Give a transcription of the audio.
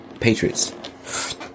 Patriots